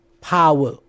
power